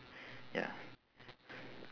ya